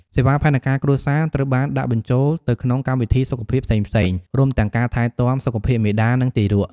សេវាផែនការគ្រួសារត្រូវបានដាក់បញ្ចូលទៅក្នុងកម្មវិធីសុខភាពផ្សេងៗ រួមទាំងការថែទាំសុខភាពមាតា និងទារក។